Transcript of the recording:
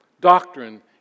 Doctrine